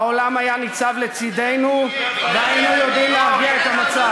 העולם היה ניצב לצדנו והיינו יודעים להרגיע את המצב.